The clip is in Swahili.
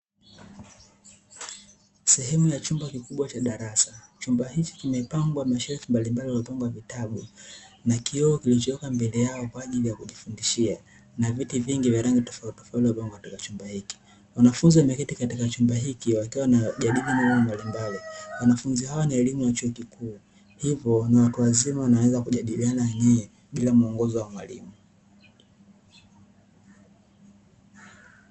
Sehemu ya chumba kikubwa cha darasa. Chumba hiki kimepangwa mashelfu mbalimbali ya vitabu, na kioo kilichokaa mbele yao kwa ajili ya kujifundishia na viti vingi vya rangi tofautitofauti katika chumba hiki. Wanafunzi wameketi katika chumba hiki wakiwa wanajadili mambo mbalimbali, wanafunzi hawa ni wa ni elimu ya chuo kikuu, hivyo ni watu wazima wanaweza kujadiliana wenyewe bila mwongozo wa mwalimu.